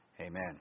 Amen